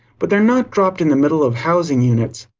but they're not dropped in the middle of housing units.